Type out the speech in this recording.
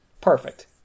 Perfect